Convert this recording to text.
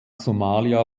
somalia